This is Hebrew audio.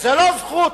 זאת לא זכות